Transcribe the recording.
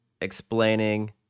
explaining